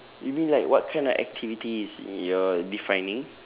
you mean like what kind of activity is your defining